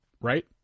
Right